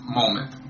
moment